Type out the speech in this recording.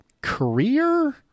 Career